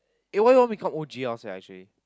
eh why you want me call O_G_L sia actually